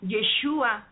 Yeshua